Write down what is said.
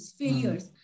failures